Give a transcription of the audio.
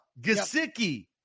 Gasicki